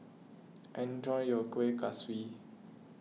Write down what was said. enjoy your Kuih Kaswi